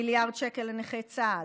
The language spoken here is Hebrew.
מיליארד שקל לנכי צה"ל,